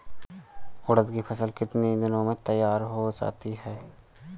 उड़द की फसल कितनी दिनों में तैयार हो जाती है?